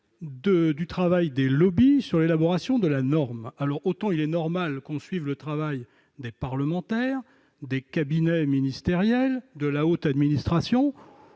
du travail des lobbies sur l'élaboration de la norme. Autant il est normal que l'on suive le travail des parlementaires, des cabinets ministériels et de la haute administration,